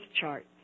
chart